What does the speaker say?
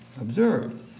observed